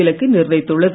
இலக்கை நிர்ணயித்துள்ளது